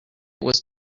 was